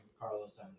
carlos